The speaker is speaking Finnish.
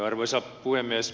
arvoisa puhemies